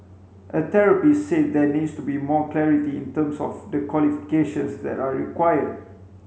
a therapist said there needs to be more clarity in terms of the qualifications that are required